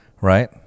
right